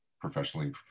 professionally